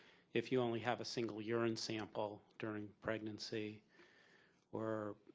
if you only have a single urine sample during pregnancy or